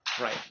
Right